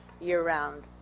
year-round